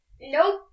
nope